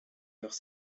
leurs